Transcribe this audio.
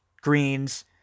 greens